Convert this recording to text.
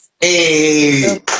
Hey